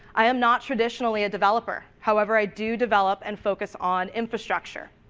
i'm not traditionally a developer, however, i do develop and focus on infrastructure.